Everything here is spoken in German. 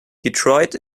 detroit